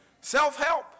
Self-help